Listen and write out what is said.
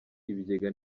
ibigega